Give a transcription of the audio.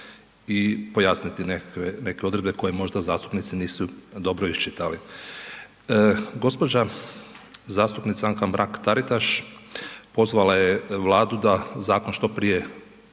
i pojasniti neke odredbe koje možda zastupnici nisu dobro iščitali. Gospođa zastupnica Anka Mrak Taritaš pozvala je Vladu da zakon što prije